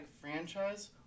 franchise